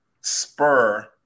spur